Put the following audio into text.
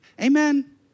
Amen